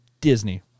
Disney